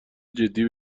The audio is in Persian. جدی